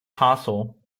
castle